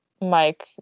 Mike